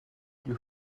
you